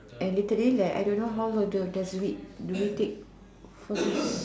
and literally like I don't know how long do does do we take for this